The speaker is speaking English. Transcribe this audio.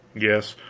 yes,